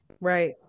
Right